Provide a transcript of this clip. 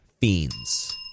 Fiends